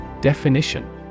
Definition